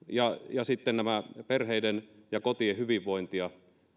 ja sitten nämä perheiden ja kotien hyvinvointia